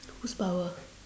who's power